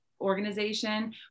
organization